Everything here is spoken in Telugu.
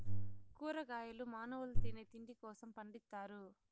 కూరగాయలు మానవుల తినే తిండి కోసం పండిత్తారు